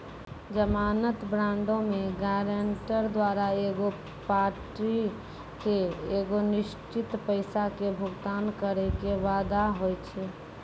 जमानत बांडो मे गायरंटर द्वारा एगो पार्टी के एगो निश्चित पैसा के भुगतान करै के वादा होय छै